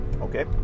Okay